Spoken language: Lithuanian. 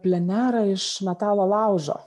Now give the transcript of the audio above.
plenerą iš metalo laužo